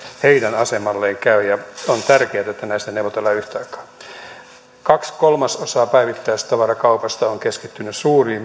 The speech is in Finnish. heidän asemalleen käy ja on tärkeätä että näistä neuvotellaan yhtä aikaa kaksi kolmasosaa päivittäistavarakaupasta on keskittynyt suuriin